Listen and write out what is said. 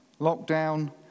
lockdown